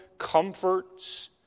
comforts